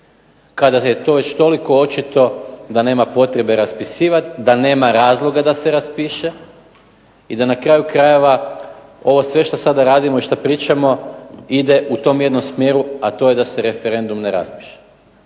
kada je već toliko očito da nema potrebe raspisivati, da nema razloga da se raspiše i da na kraju krajeva ovo sve što sada radimo i što pričamo ide u tom jednom smjeru, a to je da se referendum ne raspiše